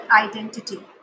identity